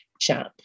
jump